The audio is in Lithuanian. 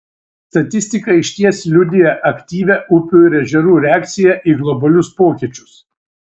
statistika išties liudija aktyvią upių ir ežerų reakciją į globalius pokyčius